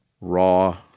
raw